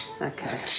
Okay